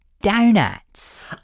donuts